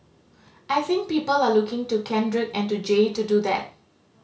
I think people are looking to Kendrick and to Jay to do that